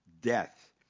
death